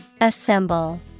Assemble